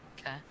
Okay